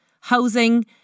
housing